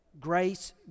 Grace